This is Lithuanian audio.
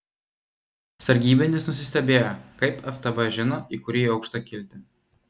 sargybinis nusistebėjo kaip ftb žino į kurį aukštą kilti